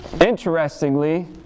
Interestingly